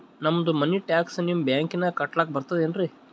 ನಮ್ದು money tax ನಿಮ್ಮ ಬ್ಯಾಂಕಿನಾಗ ಕಟ್ಲಾಕ ಬರ್ತದೇನ್ರಿ?